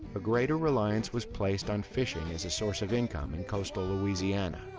a greater reliance was placed on fishing as a source of income in coastal louisiana.